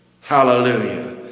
Hallelujah